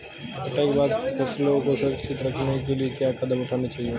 कटाई के बाद फसलों को संरक्षित करने के लिए क्या कदम उठाने चाहिए?